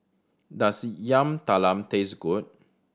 does Yam Talam taste good